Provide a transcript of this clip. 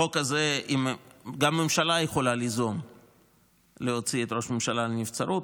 בחוק הזה גם הממשלה יכולה ליזום להוציא את ראש הממשלה לנבצרות,